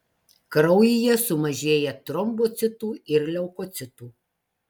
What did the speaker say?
kraujyje sumažėja trombocitų ir leukocitų